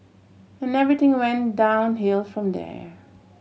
and everything went downhill from there